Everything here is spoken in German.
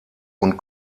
und